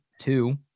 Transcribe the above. Two